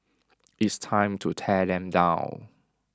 it's time to tear them down